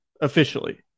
officially